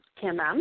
Kim